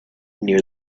near